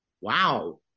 Wow